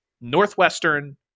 Northwestern